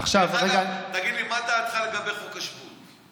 דרך אגב, תגיד לי מה דעתך לגבי חוק השבות?